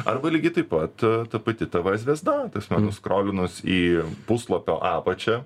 arba lygiai taip pat ta pati tv zvezda tasme nuskrolinus į puslapio apačią